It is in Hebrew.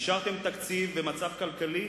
אישרתם תקציב למצב כלכלי,